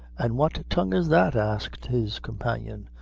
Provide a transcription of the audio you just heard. and what tongue is that? asked his companion.